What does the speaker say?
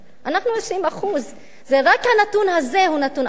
אנחנו 20%. רק הנתון הזה הוא נתון אבסורדי.